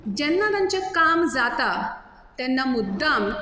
जेन्ना तांचें काम जाता तेन्ना मुद्दाम